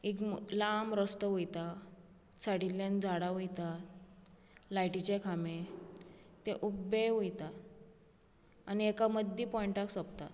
एक म लांब रस्तो वयता सायडिल्ल्यान झाडां वयता लाइटीचे खांबे ते उब्बे वयता आनी एका मद्दी पॉइन्टाक सोंपता